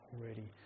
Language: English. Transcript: already